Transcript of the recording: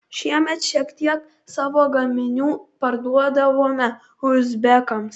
šiemet šiek tiek savo gaminių parduodavome uzbekams